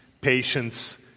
patience